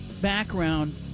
background